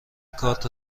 کارت